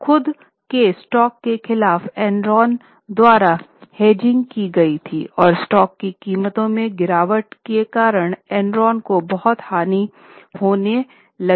खुद के स्टॉक के खिलाफ एनरॉन द्वारा हेजिंग की गई थी और स्टॉक की कीमतों में गिरावट के कारण एनरॉन को बहुत हानि होने लगी